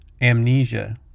amnesia